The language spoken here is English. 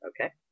Okay